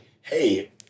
hey